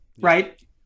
right